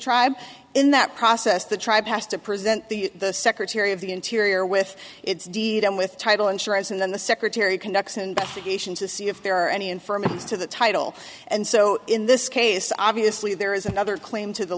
tribe in that process the tribe has to present the secretary of the interior with its deed and with title insurance and then the secretary conducts an investigation to see if there are any infirmities to the title and so in this case obviously there is another claim to the